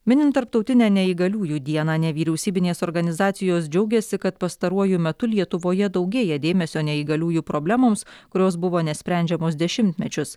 minint tarptautinę neįgaliųjų dieną nevyriausybinės organizacijos džiaugiasi kad pastaruoju metu lietuvoje daugėja dėmesio neįgaliųjų problemoms kurios buvo nesprendžiamos dešimtmečius